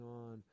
on